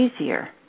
easier